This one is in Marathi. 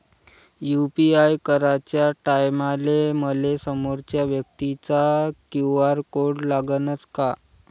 यू.पी.आय कराच्या टायमाले मले समोरच्या व्यक्तीचा क्यू.आर कोड लागनच का?